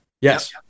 Yes